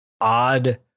odd